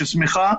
ששמחה,